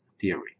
theory